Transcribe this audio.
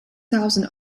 thousand